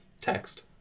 Text